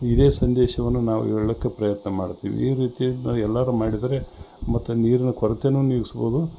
ಇದೆ ಸಂದೇಶವನ್ನು ನಾವು ಹೇಳ್ಲಿಕ್ಕೆ ಪ್ರಯತ್ನ ಮಾಡ್ತೀವಿ ಈ ರೀತಿ ನಾವು ಎಲ್ಲರು ಮಾಡಿದರೆ ಮತ್ತು ನೀರಿನ ಕೊರತೆನು ನೀಗಿಸ್ಬೌದು